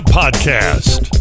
podcast